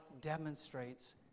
demonstrates